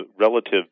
relative